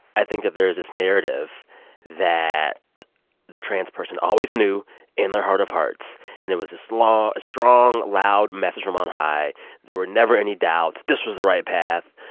i think that there is this narrative that the trans person always knew in their heart of hearts and it was this a strong, loud message from on high there were never any doubts this was the right path.